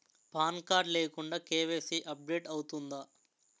Pan card లేకుండా KYC update అవుతుందా?